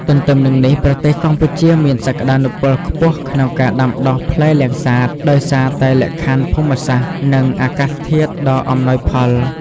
ទន្ទឹមនឹងនេះប្រទេសកម្ពុជាមានសក្ដានុពលខ្ពស់ក្នុងការដាំដុះផ្លែលាំងសាត ដោយសារតែលក្ខខណ្ឌភូមិសាស្ត្រ និងអាកាសធាតុដ៏អំណោយផល។